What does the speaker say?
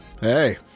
Hey